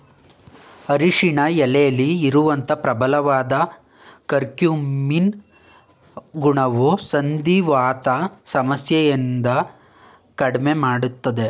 ಅರಿಶಿನ ಎಲೆಲಿ ಇರುವಂತ ಪ್ರಬಲವಾದ ಕರ್ಕ್ಯೂಮಿನ್ ಗುಣವು ಸಂಧಿವಾತ ಸಮಸ್ಯೆಯನ್ನ ಕಡ್ಮೆ ಮಾಡ್ತದೆ